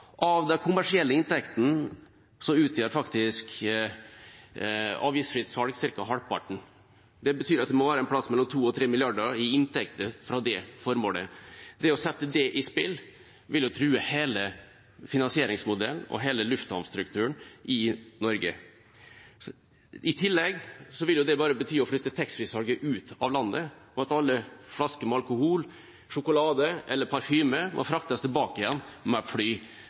Av de kommersielle inntektene utgjør faktisk avgiftsfritt salg ca. halvparten, og det betyr at det må være et sted mellom 2 og 3 mrd. kr i inntekter fra det formålet. Å sette det i spill vil true hele finansieringsmodellen og hele lufthavnstrukturen i Norge. I tillegg vil det bare bety å flytte taxfree-salget ut av landet, og at alle flasker med alkohol, sjokolade eller parfyme må fraktes tilbake med fly.